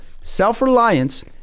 Self-Reliance